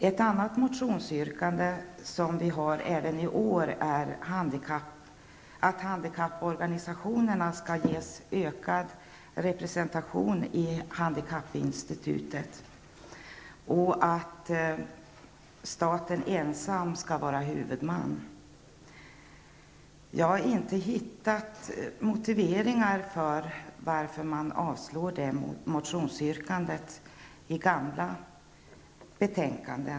Ett annat motionsyrkande som vi har även i år är att handikapporganisationerna skall ges ökad representation i handikappinstitutet och att staten ensam skall vara huvudman. Jag har inte i gamla betänkanden hittat motiveringar till varför detta motionsyrkande har avstyrkts.